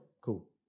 Cool